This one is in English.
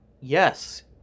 yes